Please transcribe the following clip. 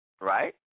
right